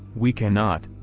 we cannot,